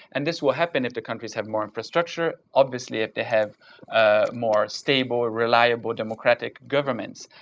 and this will happen if the countries have more infrastructure. obviously, if they have ah more stable, reliable, democratic governments.